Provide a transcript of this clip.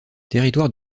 territoire